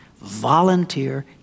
volunteer